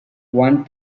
one